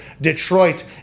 Detroit